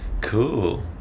Cool